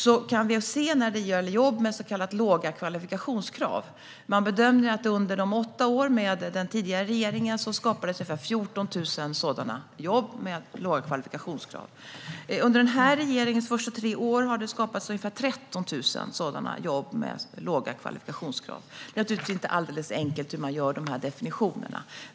Vi kan se på jobb med så kallade låga kvalifikationskrav. Man bedömer att det under åtta år med den tidigare regeringen skapades ungefär 14 000 sådana jobb med låga kvalifikationskrav. Under den här regeringens första tre år har det skapats ungefär 13 000 sådana jobb med låga kvalifikationskrav. Det är naturligtvis inte alldeles enkelt hur man gör definitionerna.